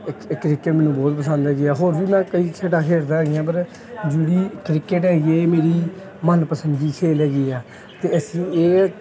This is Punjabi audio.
ਇਹ ਕ੍ਰਿਕੇਟ ਮੈਨੂੰ ਬਹੁਤ ਪਸੰਦ ਹੈਗੀ ਆ ਹੋਰ ਵੀ ਮੈਂ ਕਈ ਖੇਡਾਂ ਖੇਡਦਾ ਹੈਗੀਆਂ ਪਰ ਜਿਹੜੀ ਕ੍ਰਿਕੇਟ ਹੈਗੀ ਹੈ ਇਹ ਮੇਰੀ ਮੰਨ ਪਸੰਦੀ ਖੇਡ ਹੈਗੀ ਹੈ ਅਤੇ ਅਸੀਂ ਇਹ